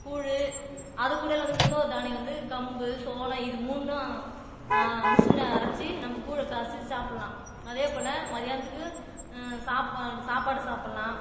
கூழ் அது இடல வந்து இன்னொரு தானியம் வந்து கம்பு சோளம் இது மூணும் மிஷினில் அரைச்சி நம்ம கூழை காய்ச்சி சாப்புடலாம் அதே போல மதியானத்துக்கும் சாப்பாடு சாப்பாடு சாப்புடலாம்